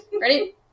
Ready